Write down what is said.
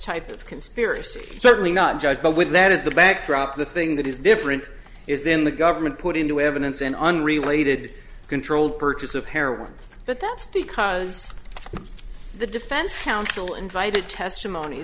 type of conspiracy certainly not judge but with that as the backdrop the thing that is different is then the government put into evidence an unrelated controlled purchase apparently but that's because the defense counsel invited testimony